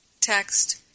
text